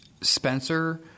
Spencer